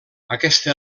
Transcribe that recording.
aquesta